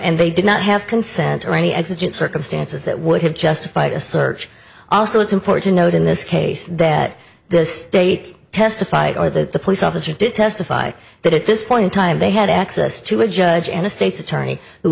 and they did not have consent or any exigent circumstances that would have justified a search also it's important note in this case that the state testified or the police officer did testify that at this point in time they had access to a judge and the state's attorney who